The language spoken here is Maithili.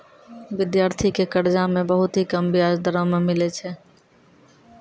विद्यार्थी के कर्जा मे बहुत ही कम बियाज दरों मे मिलै छै